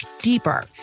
deeper